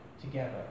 together